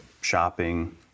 shopping